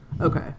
okay